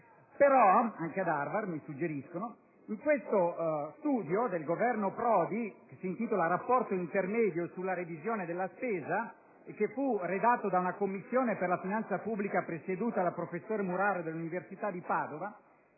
Harvard, come mi suggeriscono). In uno studio del Governo Prodi che si intitola: «Rapporto intermedio sulla revisione della spesa», redatto da una Commissione tecnica per la finanza pubblica presieduta dal professor Muraro dell'università di Padova,